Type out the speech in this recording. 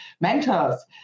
mentors